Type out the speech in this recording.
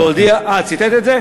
הוא ציטט את זה?